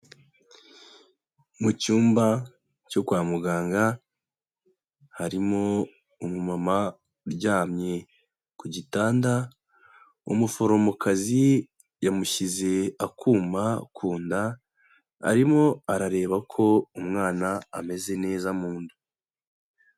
Mu cyumba cyo kwa muganga, harimo umumama uryamye ku gitanda, umuforomokazi yamushyize akuma ku nda, arimo arareba ko umwana ameze neza mu nda.